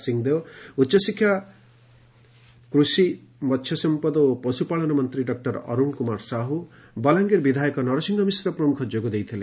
ସିଂହଦେଓ ଉଚ୍ଚଶିକ୍ଷା କୁଷି ମହ୍ୟସଂପଦ ଓ ପଶୁପାଳନ ମନ୍ତୀ ଡକୁର ଅରୁଣ ସାହୁ ବଲାଙ୍ଗୀର ବିଧାୟକ ନରସିଂହ ମିଶ୍ର ପ୍ରମୁଖ ଯୋଗ ଦେଇଥିଲେ